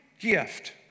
gift